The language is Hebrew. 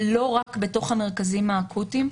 ולא רק בתוך המרכזים האקוטיים.